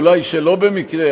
או אולי שלא במקרה,